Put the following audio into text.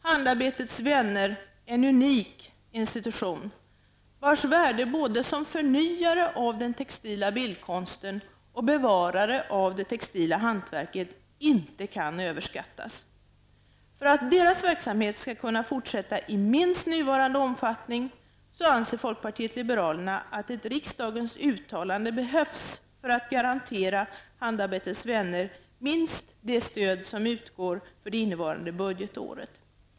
Handarbetets vänner är en unik institution, vars värde både som förnyare av den textila bildkonsten och som bevarare av det textila hantverket inte kan överskattas. För att dess verksamhet skall kunna fortsätta i minst nuvarande omfattning anser folkpartiet liberalerna att ett riksdagens uttalande behövs för att garantera Handarbetets vänner minst det stöd som utgår för det innevarande budgetåret.